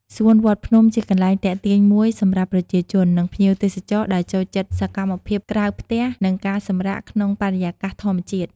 សួនវត្តភ្នំជាកន្លែងទាក់ទាញមួយសម្រាប់ប្រជាជន និងភ្ញៀវទេសចរដែលចូលចិត្តសកម្មភាពក្រៅផ្ទះ និងការសម្រាកក្នុងបរិយាកាសធម្មជាតិ។